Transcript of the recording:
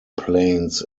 planes